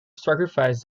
sacrifice